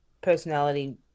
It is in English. personality